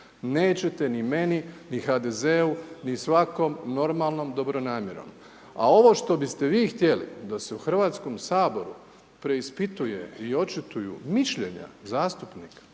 Nećete ni meni ni HDZ-u ni svakom normalnom dobro namjerom. A ovo što biste vi htjeli da se u Hrvatskom saboru preispituje i očituju mišljenja zastupnika,